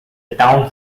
town